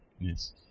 Yes